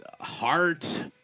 heart